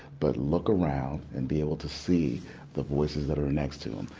but look around and be able to see the voices that are next to him.